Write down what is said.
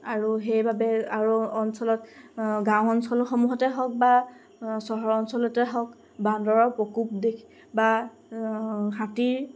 আৰু সেইবাবে আৰু অঞ্চলত গাঁও অঞ্চলসমূহতে হওক বা চহৰ অঞ্চলতে হওক বান্দৰৰ প্ৰকোপ দেখি বা হাতীৰ